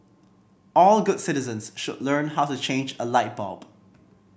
all good citizens should learn how to change a light bulb